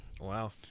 Wow